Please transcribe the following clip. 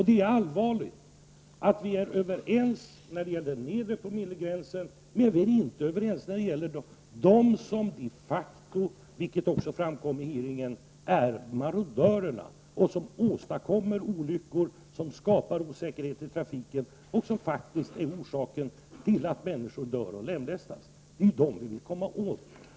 Det är allvarligt att vi är överens när det gäller den nedre promillegränsen men inte när det gäller dem som de facto — vilket också framkom vid hearingen — är marodörerna, som åstadkommer olyckor, som skapar osäkerhet i trafiken och som faktiskt är orsaken till att människor dör och lemlästas. Det är dem vi vill komma åt.